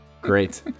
Great